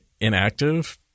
inactive